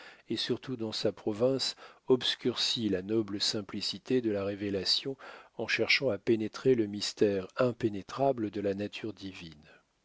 et surtout dans sa province obscurci la noble simplicité de la révélation en cherchant à pénétrer le mystère impénétrable de la nature divine